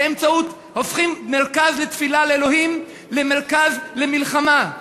הופכים מרכז לתפילה לאלוהים למרכז למלחמה,